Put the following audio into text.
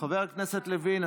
חבר הכנסת לוין,